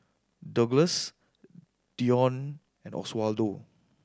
Douglass Dionne and Oswaldo